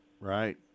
right